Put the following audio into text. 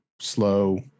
slow